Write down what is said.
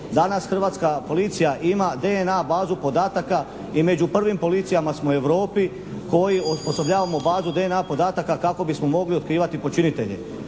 danas hrvatska policija ima DNA bazu podataka i među prvim policijama smo u Europi koji osposobljavamo bazu DNA podataka kako bismo mogli otkrivati počinitelje.